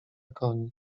koni